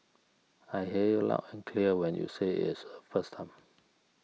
I hear you loud and clear when you said is a first time